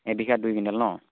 এবিঘাত দুই কুইণ্টেল ন